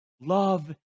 love